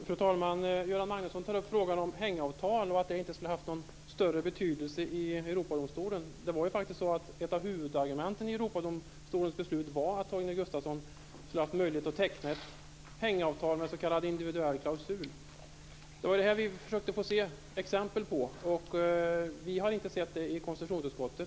Fru talman! Göran Magnusson tar upp frågan om hängavtal och att ett sådant inte skulle ha haft någon större betydelse i Europadomstolen. Ett av huvudargumenten i Europadomstolens beslut var ju att Torgny Gustafsson hade haft möjlighet att teckna ett hängavtal med s.k. individuell klausul. Det var detta som vi i konstitutionsutskottet ville se exempel på, men det har vi inte sett.